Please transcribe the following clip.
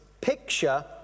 picture